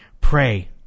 pray